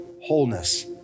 wholeness